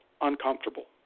uncomfortable